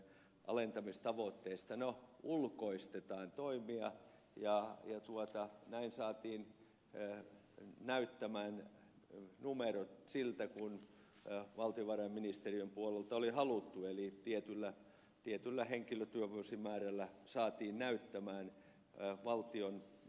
no ulkoistetaan toimia ja näin saatiin näyttämään numerot siltä kuin valtiovarainministeriön puolelta oli haluttu eli tietyllä henkilötyövuosimäärällä saatiin näyttämään ja valtion